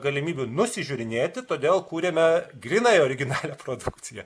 galimybių nusižiūrinėti todėl kūrėme grynai originalią produkciją